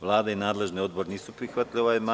Vlada i nadležni odbor nisu prihvatili ovaj amandman.